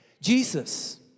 Jesus